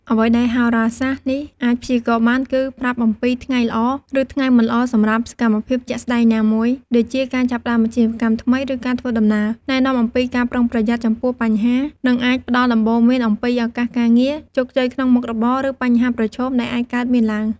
អ្វីដែលហោរាសាស្ត្រនេះអាចព្យាករណ៍បានគឺ ប្រាប់អំពីថ្ងៃល្អ ឬថ្ងៃមិនល្អសម្រាប់សកម្មភាពជាក់លាក់ណាមួយ ដូចជាការចាប់ផ្តើមអាជីវកម្មថ្មី ឬការធ្វើដំណើរ ណែនាំអំពីការប្រុងប្រយ័ត្នចំពោះបញ្ហា និងអាចផ្តល់ដំបូន្មានអំពីឱកាសការងារ ជោគជ័យក្នុងមុខរបរ ឬបញ្ហាប្រឈមដែលអាចកើតមានឡើង។